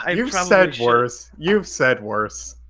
um you've so said worse, you've said worse.